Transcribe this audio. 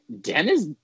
Dennis